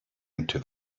into